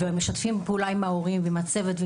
משתפים פעולה עם ההורים ועם הצוות.